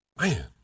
Man